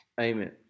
amen